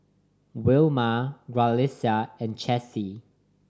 Wilma Graciela and Chessie